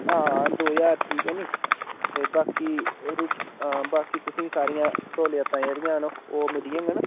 हां दो ज्हार ठीक ऐ निं ते बाकी रुट् बाकी तुसें ई सारियां स्हूलतां जेह्ड़ियां न ओह् मिली जाङन